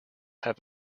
have